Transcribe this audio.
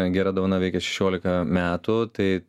gera dovana veikia šešiolika metų tai